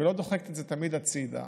ולא דוחקת את זה תמיד הצידה,